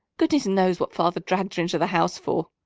goodness knows what father dragged her into the house for!